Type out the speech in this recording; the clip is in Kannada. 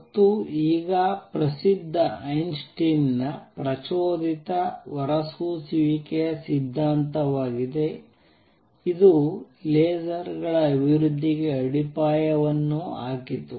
ಮತ್ತು ಈಗ ಪ್ರಸಿದ್ಧ ಐನ್ಸ್ಟೈನ್ನ ಪ್ರಚೋದಿತ ಹೊರಸೂಸುವಿಕೆಯ ಸಿದ್ಧಾಂತವಾಗಿದೆ ಇದು ಲೇಸರ್ಗಳ ಅಭಿವೃದ್ಧಿಗೆ ಅಡಿಪಾಯವನ್ನು ಹಾಕಿತು